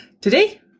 today